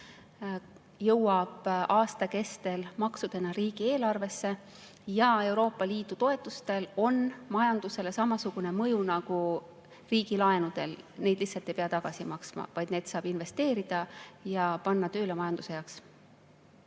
jõuab aasta kestel maksudena riigieelarvesse. Euroopa Liidu toetustel on majandusele samasugune mõju nagu riigilaenudel. Neid lihtsalt ei pea tagasi maksma, vaid need saab investeerida ja panna tööle majanduse heaks.